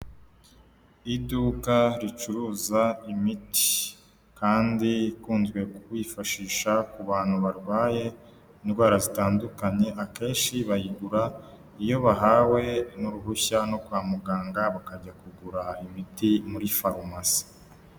Iduka ricuruza imiti kandi ikunzwe kwifashisha ku bantu barwaye indwara zitandukanye akenshi bayigura iyo bahawe n'uruhushya no kwa muganga bakajya kugura imiti muri farumasi.